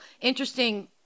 interesting